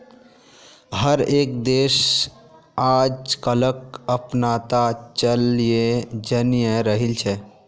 हर एक देश आजकलक अपनाता चलयें जन्य रहिल छे